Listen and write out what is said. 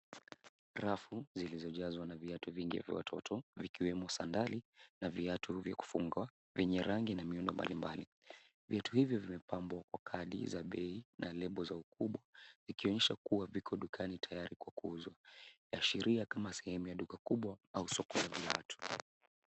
Rafu zilizojazwa na viatu vungi vya watoto vikiwemo sandali na viatu vya kufungwa vyenye rangi na miundo mbali mbali viatu hivi vimepambwa kwa kadi za bei na lebo za ukubwa zikionyesha kuwa viko dukani tayari kwa kuuzwa yaashiria kama sehemu ya duka kubwa au soko la viatu.